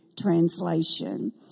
translation